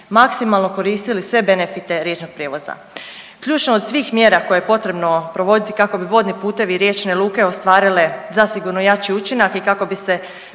maksimalno koristili sve benefite riječnog prijevoza. Ključno od svih mjera koje je potrebno provoditi kako bi vodni putevi i riječne luke ostvarile zasigurno jači učinak i kako bi se